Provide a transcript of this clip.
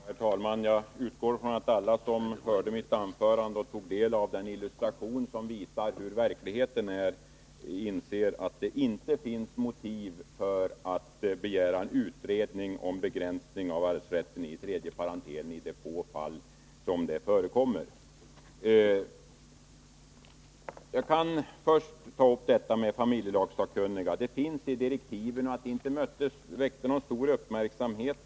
Herr talman! Jag utgår från att alla som hörde mitt anförande och tog del av den bild jag visade över de verkliga förhållandena inser att det inte finns motiv för att begära en utredning om begränsning av arvsrätten i den s.k. tredje parentelen, i de få fall som förekommer. Jag skall först ta upp frågan om familjelagssakkunniga. Det sägs att direktiven inte väckte någon stor uppmärksamhet.